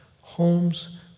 Homes